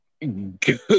Good